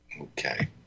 Okay